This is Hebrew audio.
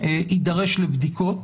יידרש לבדיקות